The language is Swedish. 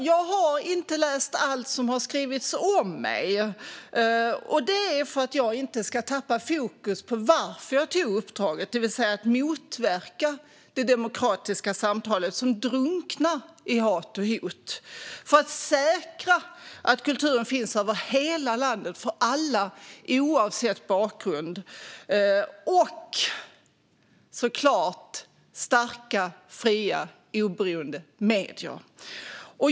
Jag har inte läst allt som har skrivits om mig, och det är för att jag inte ska tappa fokus på varför jag tog uppdraget, det vill säga för att motverka att det demokratiska samtalet drunknar i hat och hot, för att säkra att kulturen finns över hela landet för alla oavsett bakgrund och såklart för starka, fria, oberoende medier.